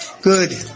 Good